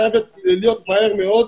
חייבת להיות מהר מאוד,